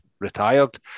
Retired